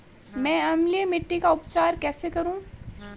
मैं अम्लीय मिट्टी का उपचार कैसे करूं?